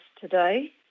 today